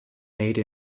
made